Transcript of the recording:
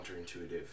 counterintuitive